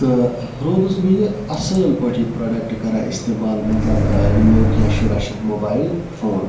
تہٕ روٗدُس بہٕ یہِ اَصٕل پٲٹھۍ یہِ پرٛوڈَکٹہٕ کَران اِستعمال مطلب یہِ نوکیا شُراہ شتھ موبایِل فون